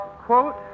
quote